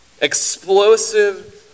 Explosive